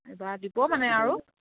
এইবাৰ দিব মানে আৰু